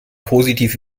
positiv